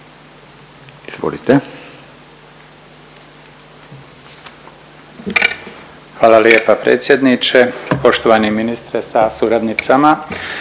(HDZ)** Hvala lijepa predsjedniče, poštovani ministre sa suradnicama,